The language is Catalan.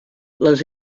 les